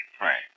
Right